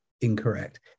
incorrect